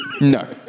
No